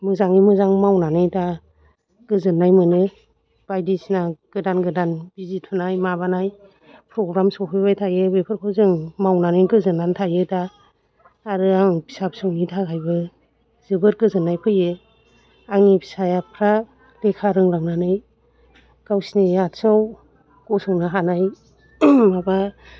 मोजाङै मोजां मावनानै दा गोजोन्नाय मोनो बायदिसिना गोदान गोदान बिजि थुनाय माबानाय प्रग्राम सौफौबाय थायो बेफोरखौ जों मावनानै गोजोन्नानै थायो दा आरो आं फिसा फिसौनि थाखायबो जोबोर गोजोन्नाय फैयो आंनि फिसाफ्रा लेखा रोंलांनानै गावसिनि आथिङाव गसंंनो हानाय माबा